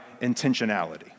intentionality